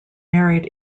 married